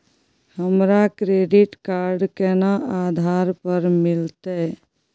हमरा credit card केना आधार पर मिलते?